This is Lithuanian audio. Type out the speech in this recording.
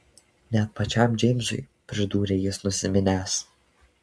net pačiam džeimsui pridūrė jis nusiminęs